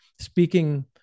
speaking